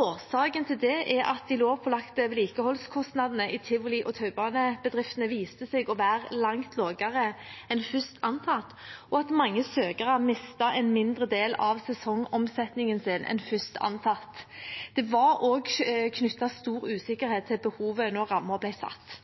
Årsaken til det er at de lovpålagte vedlikeholdskostnadene i tivoli- og taubanebedriftene viste seg å være langt lavere enn først antatt, og at mange søkere mistet en mindre del av sesongomsetningen sin enn først antatt. Det var også knyttet stor usikkerhet til behovet da rammen ble satt.